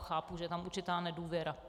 Chápu, že je tam určitá nedůvěra.